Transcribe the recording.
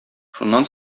шуннан